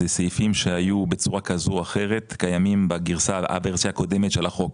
אלה סעיפים היו בצורה כזו או אחרת קיימים בוורסיה הקודמת של החוק